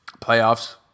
playoffs